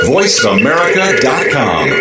VoiceAmerica.com